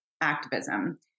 activism